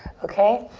okay?